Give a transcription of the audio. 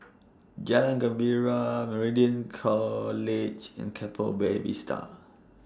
Jalan Gembira Meridian College and Keppel Bay Vista